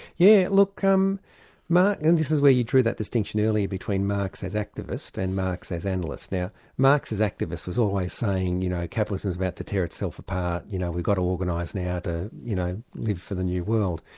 yeah look um and this is where you drew that distinction earlier between marx as activist and marx as analyst. now marx as activist was always saying you know, capitalism is about to tear itself apart, you know we've got to organise now ah to you know live for the new world.